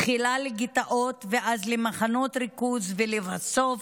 תחילה לגטאות ואז למחנות ריכוז, ולבסוף,